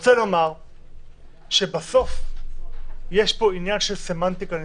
11:35) -- רוצה לומר שבסוף יש פה עניין של סמנטיקה ניסוחית.